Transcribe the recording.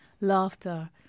laughter